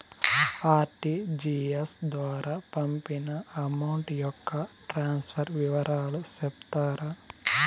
RTGS ద్వారా పంపిన amount యొక్క ట్రాన్స్ఫర్ వివరాలు సెప్తారా